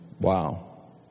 Wow